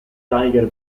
tiger